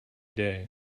day